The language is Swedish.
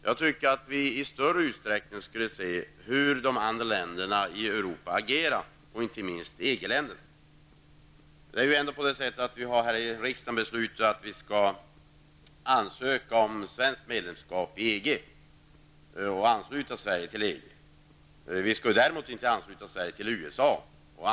Jag tycker att vi i större utsträckning borde studera hur de andra europeiska länderna agerar, inte minst EG-länderna. Riksdagen har beslutat om att vi skall ansöka om medlemskap i EG. Det handlar alltså om att vi skall ansluta oss till just EG.